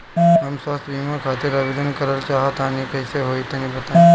हम स्वास्थ बीमा खातिर आवेदन करल चाह तानि कइसे होई तनि बताईं?